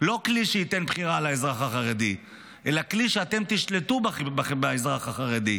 לא כלי שייתן בחירה לאזרח החרדי אלא כלי שאיתו אתם תשלטו באזרח החרדי.